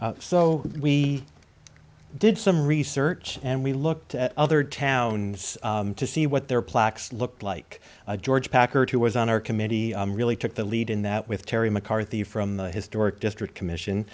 so we i did some research and we looked at other town to see what their plaques looked like george packer two was on our committee really took the lead in that with terry mccarthy from the historic district commission